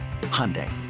Hyundai